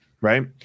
right